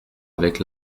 avec